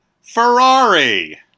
Ferrari